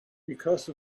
because